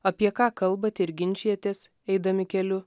apie ką kalbate ir ginčijatės eidami keliu